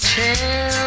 tell